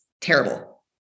terrible